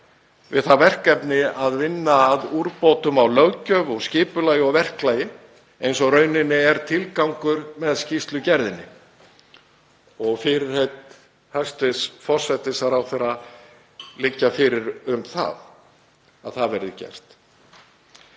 við það verkefni að vinna að úrbótum á löggjöf og skipulagi og verklagi eins og í rauninni er tilgangur með skýrslugerðinni. Fyrirheit hæstv. forsætisráðherra liggja fyrir um að það verði gert.